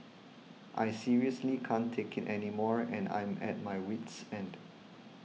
I seriously can't take it anymore and I'm at my wit's end